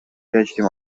گشتیم